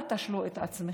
אל תשלו את עצמכם,